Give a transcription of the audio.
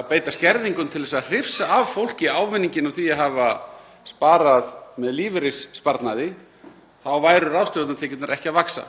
að beita skerðingum til þess að hrifsa af fólki ávinninginn af því að hafa sparað með lífeyrissparnaði væru ráðstöfunartekjurnar ekki að vaxa.